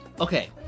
Okay